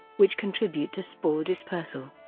which contribute to spore dispersal.